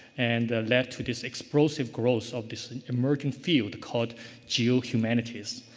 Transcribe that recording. and led to this explosive growth of this emerging field called geo humanities.